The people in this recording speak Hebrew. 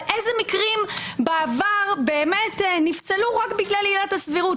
אילו מקרים בעבר נפסלו רק בגלל עילת הסבירות.